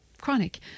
chronic